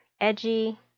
edgy